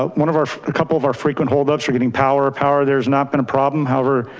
ah one of our, a couple of our frequent holdups are getting power of power. there's not been a problem. however,